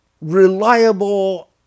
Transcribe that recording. reliable